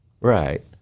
Right